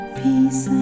peace